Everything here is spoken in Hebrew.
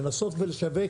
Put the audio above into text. לנסות ולשווק,